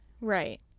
Right